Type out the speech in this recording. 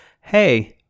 hey